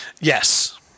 yes